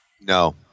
No